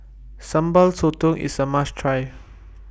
Sambal Sotong IS A must Try